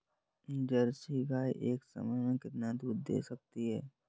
Jersey गाय एक समय में कितना दूध दे सकती है?